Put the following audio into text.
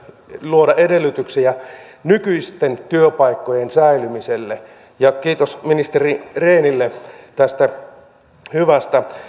luoda edellytyksiä nykyisten työpaikkojen säilymiselle kiitos ministeri rehnille tästä hyvästä